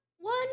one